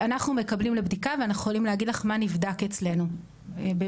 אנחנו מקבלים לבדיקה ואנחנו יכולים להגיד לך מה נבדק אצלנו במז"פ.